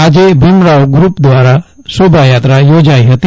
આજે ભીમરાવગ્રુપ દ્રારા શોભાયાત્રા યોજાઈ ફતી